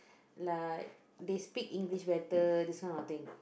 like they speak English better this kind of thing